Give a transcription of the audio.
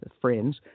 friends